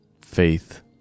Faith